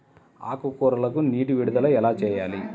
ఆకుకూరలకు నీటి విడుదల ఎలా చేయాలి?